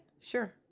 Sure